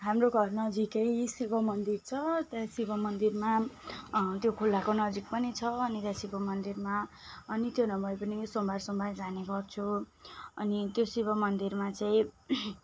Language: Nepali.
हाम्रो घरनजिकै शिव मन्दिर छ त्यहाँ शिव मन्दिरमा त्यो खोलाको नजिक पनि छ अनि त्यहाँ शिव मन्दिरमा अनि त्यो नभए पनि सोमबार सोमबार जाने गर्छु अनि त्यो शिव मन्दिरमा चाहिँ